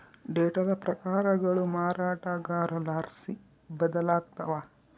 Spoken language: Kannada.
ಡೇಟಾದ ಪ್ರಕಾರಗಳು ಮಾರಾಟಗಾರರ್ಲಾಸಿ ಬದಲಾಗ್ತವ